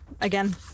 again